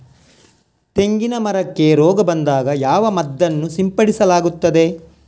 ತೆಂಗಿನ ಮರಕ್ಕೆ ರೋಗ ಬಂದಾಗ ಯಾವ ಮದ್ದನ್ನು ಸಿಂಪಡಿಸಲಾಗುತ್ತದೆ?